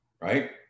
right